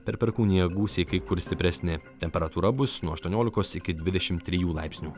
per perkūniją gūsiai kai kur stipresni temperatūra bus nuo aštuoniolikos iki dvidešimt trijų laipsnių